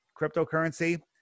cryptocurrency